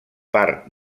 part